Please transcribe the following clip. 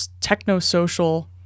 techno-social